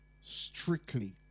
Strictly